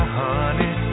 honey